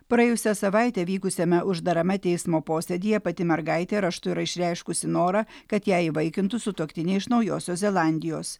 praėjusią savaitę vykusiame uždarame teismo posėdyje pati mergaitė raštu yra išreiškusi norą kad ją įvaikintų sutuoktiniai iš naujosios zelandijos